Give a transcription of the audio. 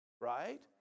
Right